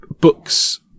books